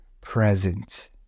present